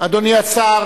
אדוני השר